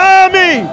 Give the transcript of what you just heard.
army